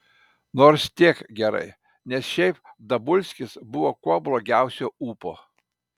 nors tiek gerai nes šiaip dabulskis buvo kuo blogiausio ūpo